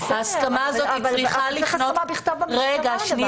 ההסכמה הזאת צריכה -- אבל צריך הסכמה בכתב --- על הדבר הזה.